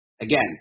Again